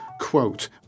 Quote